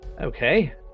Okay